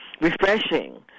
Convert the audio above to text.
refreshing